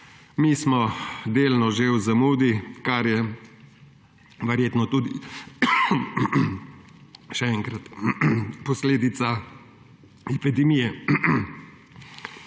Mi smo delno že v zamudi, kar je verjetno tudi posledica epidemije.